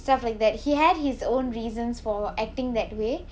stuff like that he had his own reasons for acting that way